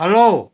follow